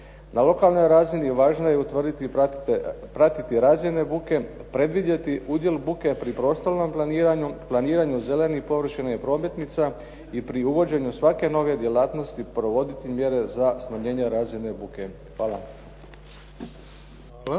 Na lokalnoj razini važno je utvrditi i pratiti razine buke, predvidjeti udjel buke pri prostornom planiranju, planiranju zelenih površina i prometnica i pri uvođenju svake nove djelatnosti provoditi mjere za smanjenje razine buke. Hvala.